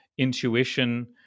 intuition